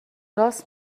راست